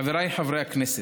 חבריי חברי הכנסת,